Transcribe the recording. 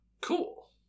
Cool